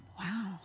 Wow